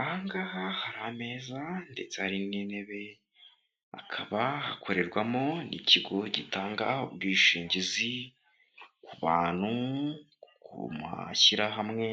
Aha ngaha hari ameza ndetse hari n'intebe akaba hakorerwamo n'ikigo gitanga ubwishingizi ku bantu ku mashyirahamwe